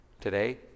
Today